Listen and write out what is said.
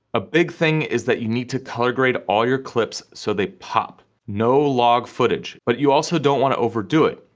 a bit thing is that you need to color grade all your clips, so they pop. no log footage, but you also don't wanna overdo it.